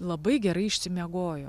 labai gerai išsimiegojo